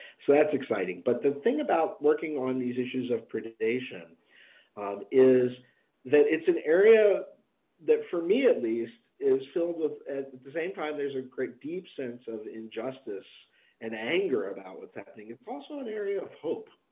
so that's exciting but the thing about working on these issues of predation is that it's an area that for me at least, is filled with at the same time there's a great deep sense of injustice and anger about what's happening it's also an area of hope.